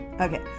Okay